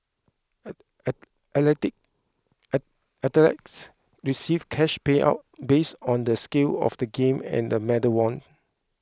athletes receive cash payouts based on the scale of the game and medal won